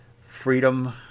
freedom